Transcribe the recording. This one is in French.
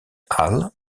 halle